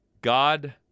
God